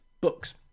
books